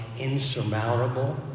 insurmountable